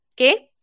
okay